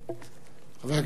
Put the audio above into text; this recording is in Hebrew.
חבר הכנסת נחמן שי,